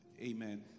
Amen